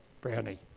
Brownie